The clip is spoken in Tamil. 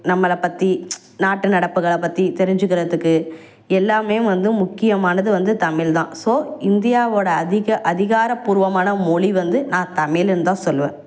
நம்மளை பற்றி நாட்டு நடப்புகளை பற்றி தெரிஞ்சிக்கிறதுக்கு எல்லாமே வந்து முக்கியமானது வந்து தமிழ் தான் ஸோ இந்தியாவோட அதிக அதிகாரபூர்வமான மொழி வந்து நான் தமிழ்னு தான் சொல்லுவேன்